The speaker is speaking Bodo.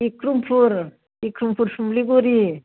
बिक्रमपुर बिक्रमपुर सुमलिगुरि